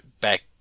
back